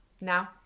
now